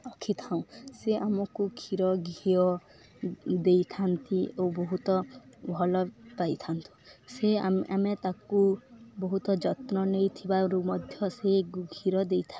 ରଖିଥାଉଁ ସେ ଆମକୁ କ୍ଷୀର ଘିଅ ଦେଇଥାନ୍ତି ଓ ବହୁତ ଭଲ ପାଇଥାନ୍ତୁ ସେ ଆମେ ତାକୁ ବହୁତ ଯତ୍ନ ନେଇଥିବାରୁ ମଧ୍ୟ ସେ କ୍ଷୀର ଦେଇଥାଏ